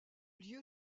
lieu